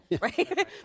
Right